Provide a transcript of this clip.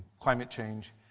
climate change.